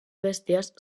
bèsties